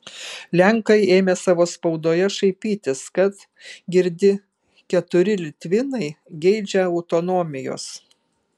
lenkai ėmė savo spaudoje šaipytis kad girdi keturi litvinai geidžia autonomijos